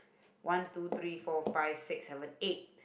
one two three four five six seven eight